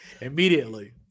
Immediately